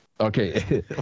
Okay